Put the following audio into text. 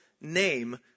name